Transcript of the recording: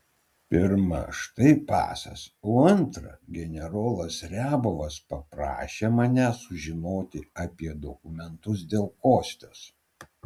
pirma štai pasas o antra generolas riabovas paprašė manęs sužinoti apie dokumentus dėl kostios